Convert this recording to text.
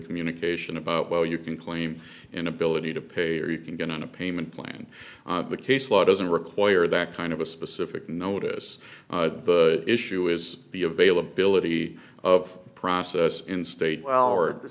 communication about well you can claim inability to pay or you can go on a payment plan the case law doesn't require that kind of a specific notice the issue is the availability of process in state well